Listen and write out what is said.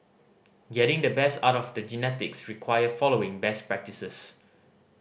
getting the best out of the genetics require following best practices